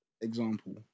example